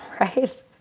right